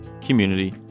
community